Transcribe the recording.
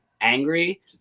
Angry